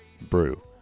brew